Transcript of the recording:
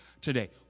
today